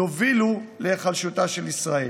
יובילו להיחלשותה של ישראל.